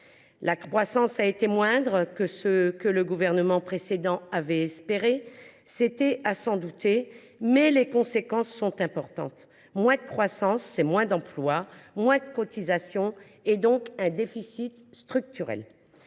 La croissance a été moindre que ce que le gouvernement précédent avait espéré. Il fallait s’en douter, mais les conséquences sont importantes : moins de croissance, c’est moins d’emplois, moins de cotisations et donc un déficit structurel.